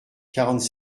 quarante